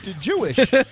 Jewish